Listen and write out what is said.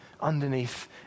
underneath